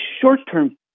short-term